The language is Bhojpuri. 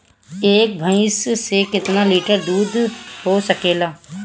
एक भइस से कितना लिटर दूध हो सकेला?